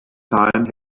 time